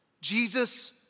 Jesus